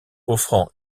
offrant